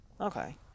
Okay